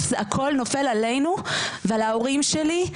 זה הכול נופל עלינו ועל ההורים שלי.